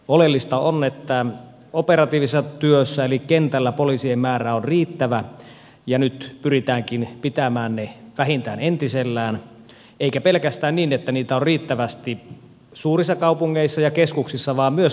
oleellista on että operatiivisessa työssä eli kentällä poliisien määrä on riittävä ja nyt pyritäänkin pitämään se vähintään entisellään eikä pelkästään niin että niitä on riittävästi suurissa kaupungeissa ja keskuksissa vaan myös harva alueilla